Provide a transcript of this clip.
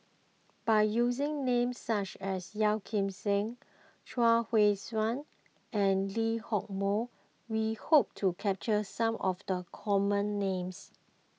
by using names such as Yeo Kim Seng Chuang Hui Tsuan and Lee Hock Moh we hope to capture some of the common names